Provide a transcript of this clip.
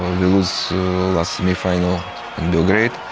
losing the semifinal in belgrade.